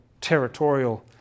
territorial